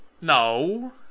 No